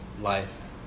life